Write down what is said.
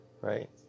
Right